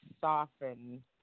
soften